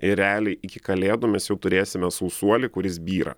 ir realiai iki kalėdų mes jau turėsime sausuolį kuris byra